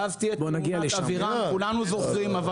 ואז תהיה תאונת אבי רן, כולנו זוכרים.